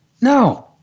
No